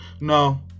No